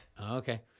Okay